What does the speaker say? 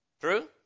True